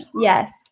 Yes